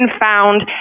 found